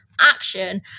action